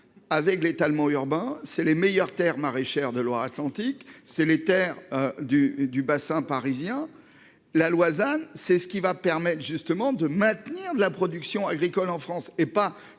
avec l'étalement urbain, c'est les meilleures Terres maraîchères de Loire-Atlantique c'est les Terres du du Bassin parisien la l'Oisans, c'est ce qui va permettre justement de maintenir la production agricole en France et pas